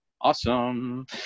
awesome